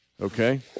Okay